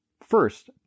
First